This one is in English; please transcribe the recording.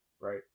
right